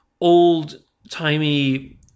old-timey